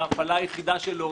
ההפעלה היחידה שלו,